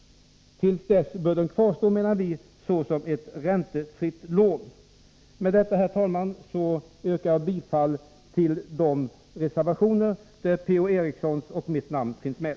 Till dess bör fordran enligt vår uppfattning kvarstå som räntefritt lån. Med detta, herr talman, yrkar jag bifall till de reservationer där Per-Ola Erikssons och mitt namn finns med.